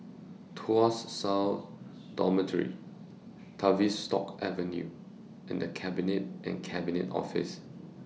Tuas South Dormitory Tavistock Avenue and The Cabinet and Cabinet Office